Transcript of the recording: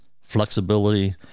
flexibility